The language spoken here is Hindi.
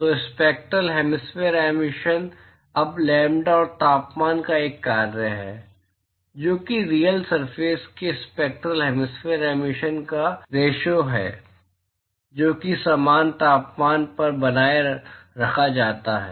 तो स्पैक्टरल हैमिस्फेरकल एमिशन अब लैम्ब्डा और तापमान का एक कार्य है जो कि रियल सरफेस के स्पैक्टरल हैमिस्फेरकल एमिशन का रेशिओ है जो कि समान तापमान पर बनाए रखा जाता है